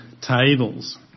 tables